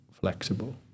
flexible